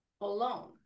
alone